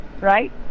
right